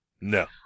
No